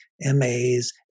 MAs